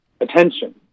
attention